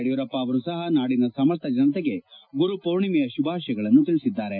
ಯಡಿಯೂರಪ್ಷ ಸಹ ನಾಡಿನ ಸಮಸ್ನ ಜನತೆಗೆ ಗುರು ಪೂರ್ಣಿಮೆಯ ಶುಭಾಶಯಗಳನ್ನು ತಿಳಿಸಿದ್ದಾರೆ